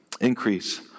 increase